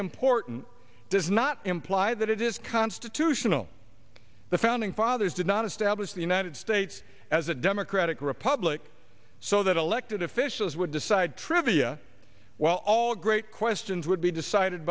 important does not imply that it is constitutional the founding fathers did not establish the united states as a democratic republic so that elected officials would decide trivia well all great questions would be decided